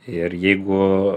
ir jeigu